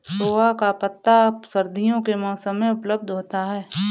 सोआ का पत्ता सर्दियों के मौसम में उपलब्ध होता है